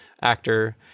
actor